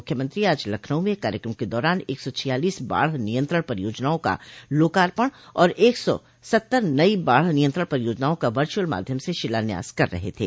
मुख्यमंत्री आज लखनऊ में एक कार्यक्रम के दौरान एक सौ छियालीस बाढ़ नियंत्रण परियोजनाओं का लोकार्पण और एक सौ सत्तर नई बाढ़ नियंत्रण परियोजनाओं का वर्चुअल माध्यम से शिलान्यास कर रहे थे